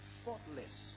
faultless